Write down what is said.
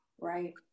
Right